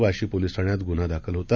वाशीपोलीसठाण्यातगुन्हादाखलहोता